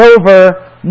over